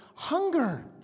Hunger